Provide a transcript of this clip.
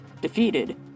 Defeated